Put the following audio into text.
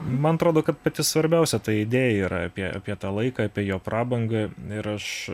man atrodo kad pati svarbiausia ta idėja yra apie apie tą laiką apie jo prabangą ir aš